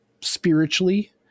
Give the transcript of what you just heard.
spiritually